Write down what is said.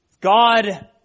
God